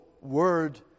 word